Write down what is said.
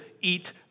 eat